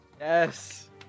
Yes